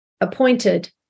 appointed